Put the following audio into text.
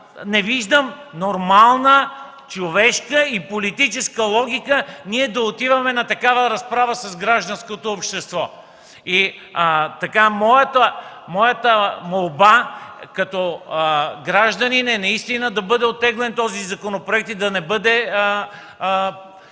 не виждам нормална човешка и политическа логика ние да отиваме на такава разправа с гражданското общество. Моята молба като гражданин е наистина да бъде оттеглен този законопроект и да не бъде